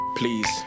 Please